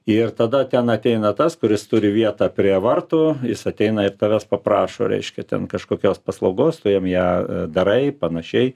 ir tada ten ateina tas kuris turi vietą prie vartų jis ateina ir tavęs paprašo reiškia ten kažkokios paslaugos tu jam ją darai panašiai